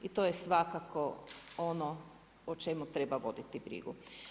I to je svakako ono o čemu treba voditi brigu.